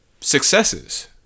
successes